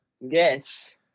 Yes